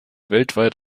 weltweit